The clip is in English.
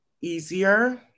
easier